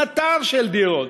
מטר של דירות,